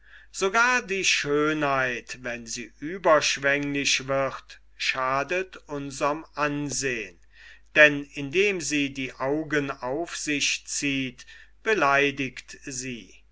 sogar die schönheit wenn sie überschwänglich wird schadet unserm ansehn denn indem sie die augen auf sich zieht beleidigt sie